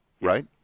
right